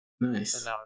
Nice